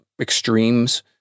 extremes